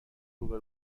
روبه